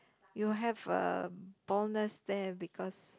you have a bonus there because